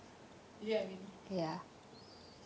you get what I mean